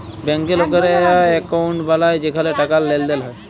ব্যাংকে লকেরা একউন্ট বালায় যেখালে টাকার লেনদেল হ্যয়